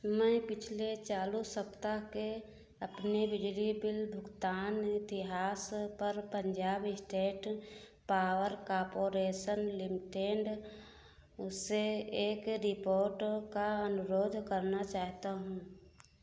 मैं पिछले चालू सप्ताह के अपने बिजली बिल भुगतान इतिहास पर Punjab State Power Corporation Limited से एक रिपोर्ट का अनुरोध करना चाहता हूँ